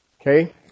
Okay